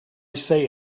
say